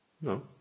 No